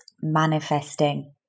manifesting